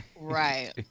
Right